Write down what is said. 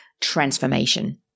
transformation